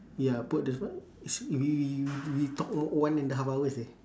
ya put the phone see we we we talk o~ one and a half hours leh